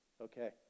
Okay